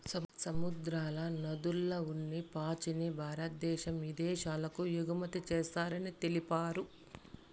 సముద్రాల, నదుల్ల ఉన్ని పాచిని భారద్దేశం ఇదేశాలకు ఎగుమతి చేస్తారని తెలిపారు